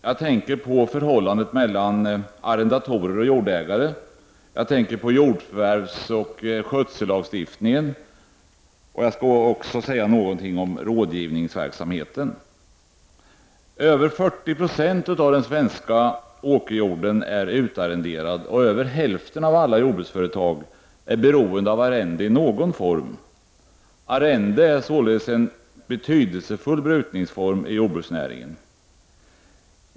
Jag tänker på förhållandet mellan arrendatorer och jordägare, jag tänker på jordför värvsoch skötsellagstiftningen. Jag skall också säga något om rådgivningsverksamheten. Över 40 26 av den svenska åkerjorden är utarrenderad, och över hälften av alla jordbruksföretag är beroende av arrende i någon form. Arrende är således en betydelsefull brukningsform i jordbruksnäringen.